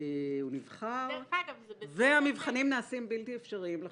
והוא נבחר, והמבחנים נעשים בלתי אפשריים לחלוטין.